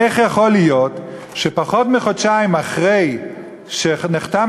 איך יכול להיות שפחות מחודשיים אחרי שנחתם